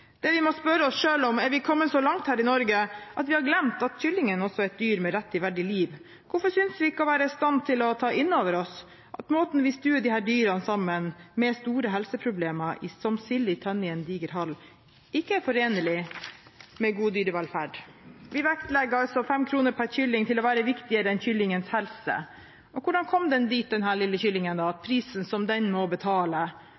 vi må spørre oss selv: Er vi kommet så langt her i Norge at vi har glemt at kyllingen også er et dyr med rett til et verdig liv? Hvorfor synes vi ikke å være i stand til å ta inn over oss at måten vi stuer disse dyrene sammen på, med store helseproblemer, som sild i tønne i en diger hall, ikke er forenelig med god dyrevelferd? Vi vektlegger 5 kr per kylling til å være viktigere enn kyllingens helse. Hvordan kom den dit, denne lille kyllingen?